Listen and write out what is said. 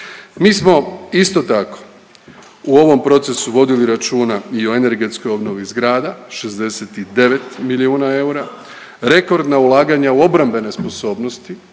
Mi smo isto tako u ovom procesu vodili računa i o energetskoj obnovi zgrada, 69 milijuna eura, rekordna ulaganja u obrambene sposobnosti